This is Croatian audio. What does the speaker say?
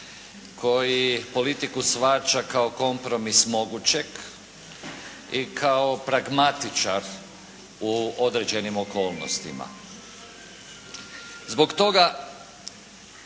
koji politiku shvaća kao kompromis mogućeg i kao pragmatičar u određenim okolnostima. Zbog toga,